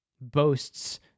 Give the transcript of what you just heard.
boasts